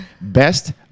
Best